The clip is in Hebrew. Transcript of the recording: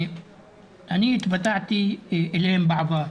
אני התוודעתי אליהם בעבר,